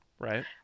Right